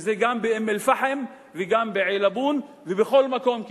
וזה גם באום-אל-פחם, וגם בעילבון ובכל מקום כמעט.